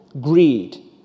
greed